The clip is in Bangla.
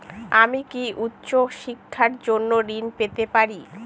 আমি কি উচ্চ শিক্ষার জন্য ঋণ পেতে পারি?